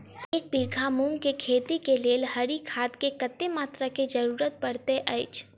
एक बीघा मूंग केँ खेती केँ लेल हरी खाद केँ कत्ते मात्रा केँ जरूरत पड़तै अछि?